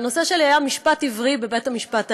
והנושא שלי היה משפט עברי בבית המשפט העליון.